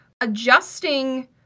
adjusting